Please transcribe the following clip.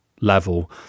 level